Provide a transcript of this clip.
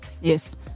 Yes